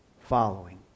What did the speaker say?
following